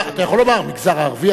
אתה יכול לומר "המגזר הערבי,